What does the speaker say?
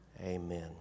Amen